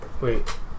Wait